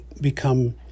become